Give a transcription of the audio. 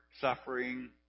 suffering